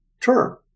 term